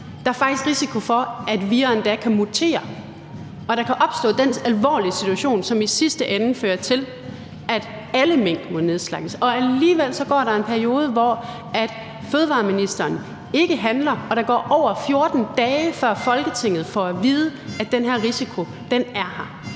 at der faktisk er risiko for, at vira endda kan motivere, og at der kan opstå den alvorlige situation, som i sidste ende fører til, at alle mink må nedslagtes. Alligevel går der en periode, hvor fødevareministeren ikke handler, og der går over 14 dage, før Folketinget får at vide, at den her risiko er der.